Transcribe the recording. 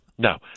No